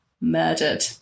murdered